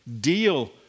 deal